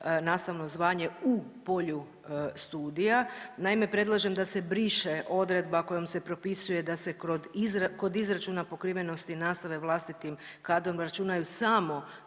nastavno zvanje u polju studija. Naime, predlažem da se briše odredba kojom se propisuje da se kod izračuna pokrivenosti nastave vlastitim kadrom računaju samo